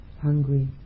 hungry